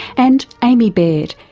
and aimee baird,